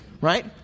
Right